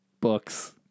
books